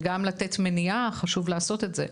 וגם לתת מניעה חשוב לעשות את זה,